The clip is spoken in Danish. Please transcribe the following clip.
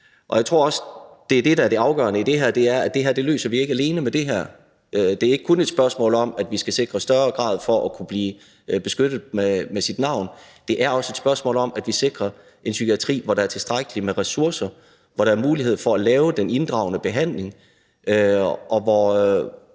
det afgørende i det her er, at vi ikke løser det alene med det her, altså i forhold til at det ikke kun er et spørgsmål om, at vi skal sikre, at man i større grad vil kunne blive beskyttet med ens navn. Det er også et spørgsmål om, at vi sikrer en psykiatri, hvor der er tilstrækkeligt med ressourcer, hvor der er mulighed for at lave den inddragende behandling, og hvor